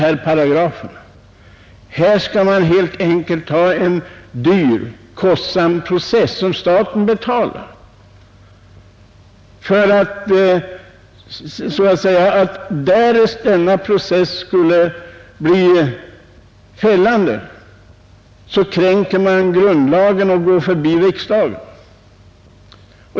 Här skall alltså staten helt enkelt betala en kostsam process som därest kronan förlorar målet skulle innebära att man kränker grundlagen och går förbi riksdagen.